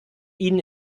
ihnen